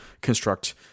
construct